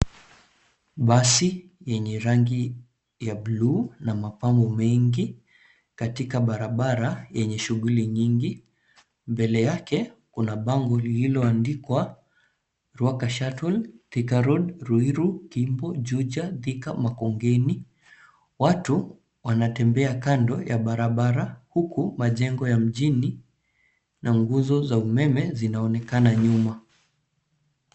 Basi yenye rangi ya bluu na mapambo mengi katika barabara yenye shughuli nyingi. Mbele yake kuna bango lililoandikwa Rwaka Shuttle; Thika Road, Ruiru, Kimbo, Juja. Thika Makongeni. Watu wanatembea kando ya barabara, huku majengo ya mjini na nguzo za umeme zinaonekana nyuma.